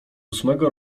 ósmego